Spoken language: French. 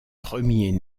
premier